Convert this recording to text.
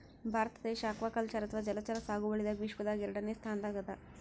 ಭಾರತ ದೇಶ್ ಅಕ್ವಾಕಲ್ಚರ್ ಅಥವಾ ಜಲಚರ ಸಾಗುವಳಿದಾಗ್ ವಿಶ್ವದಾಗೆ ಎರಡನೇ ಸ್ತಾನ್ದಾಗ್ ಅದಾ